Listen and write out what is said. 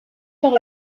par